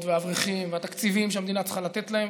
והאברכים והתקציבים שהמדינה צריכה לתת להם.